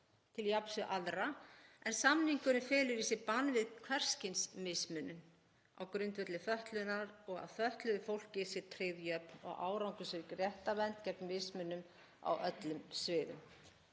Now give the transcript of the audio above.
til jafns við aðra en samningurinn felur í sér bann við hvers kyns mismunun á grundvelli fötlunar og að fötluðu fólki sé tryggð jöfn og árangursrík réttarvernd gegn mismunun á öllum sviðum.“